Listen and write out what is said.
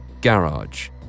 Garage